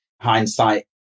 hindsight